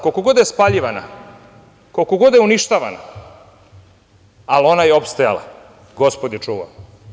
Koliko god da je spaljivana, koliko god da je uništavana, ali ona je opstajala, gospod je čuva.